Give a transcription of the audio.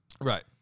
Right